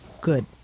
good